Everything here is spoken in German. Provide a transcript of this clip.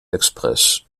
express